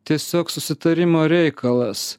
tiesiog susitarimo reikalas